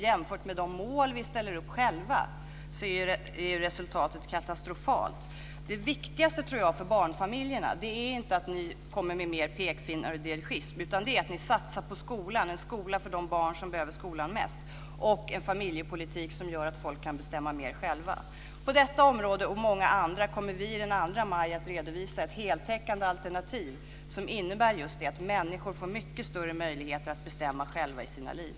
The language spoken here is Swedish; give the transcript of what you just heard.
Jämfört med de mål som vi själva sätter upp är resultatet katastrofalt. Det viktigaste för barnfamiljerna är nog inte att ni kommer med mer av pekpinnar och dirigism, utan det är att ni satsar på skolan - på en skola för de barn som mest behöver skolan - och på en familjepolitik som gör att människor kan bestämma mer själva. På detta område och på många andra områden kommer vi den 2 maj att redovisa ett heltäckande alternativ som innebär just att människor får mycket större möjligheter att själva bestämma i sina liv.